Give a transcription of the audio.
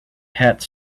pat